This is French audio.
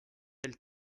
elles